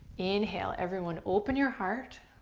inhale, everyone open your heart,